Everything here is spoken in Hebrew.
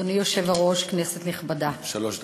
אדוני היושב-ראש, כנסת נכבדה, עד שלוש דקות.